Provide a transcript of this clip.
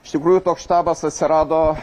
iš tikrųjų toks štabas atsirado